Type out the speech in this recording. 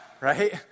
right